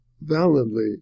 validly